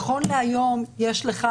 נכון להיום יש לך,